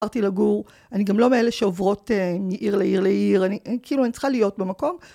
עברתי לגור, אני גם לא מאלה שעוברות מעיר לעיר לעיר, אני כאילו אני צריכה להיות במקום.